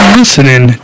listening